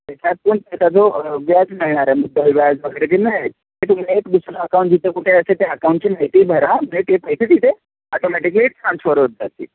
त्याच्यातून त्याचा जो व्याज मिळणार आहे मुद्दल व्याज वगैरे जे मिळेल ते तुम्हाला एक दुसरं अकाऊंट जिथे कुठे असेल त्या अकाउंटची माहिती भरा ते पैसे तिथे ऑटोमॅटिकली ट्रान्सफर होत जातील